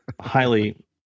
highly